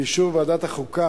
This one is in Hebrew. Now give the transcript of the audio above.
באישור ועדת החוקה,